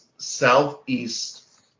southeast